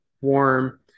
warm